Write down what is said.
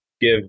give